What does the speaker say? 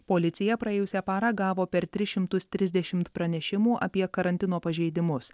policija praėjusią parą gavo per tris šimtus trisdešimt pranešimų apie karantino pažeidimus